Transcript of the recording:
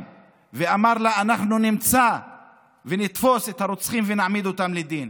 ואמר לה: אנחנו נמצא ונתפוס את הרוצחים ונעמיד אותם לדין.